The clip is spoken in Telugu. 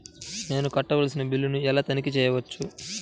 నేను కట్టవలసిన బిల్లులను ఎలా తనిఖీ చెయ్యవచ్చు?